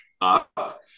up